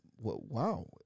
Wow